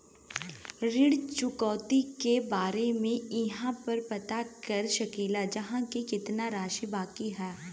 ऋण चुकौती के बारे इहाँ पर पता कर सकीला जा कि कितना राशि बाकी हैं?